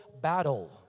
battle